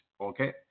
okay